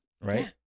right